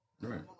Right